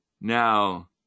Now